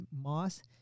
Moss